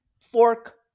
fork